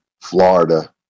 Florida